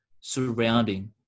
surrounding